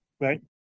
right